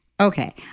Okay